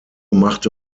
machte